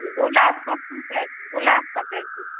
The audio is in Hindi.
गुलाब का फूल कै गुलाब का कैसे है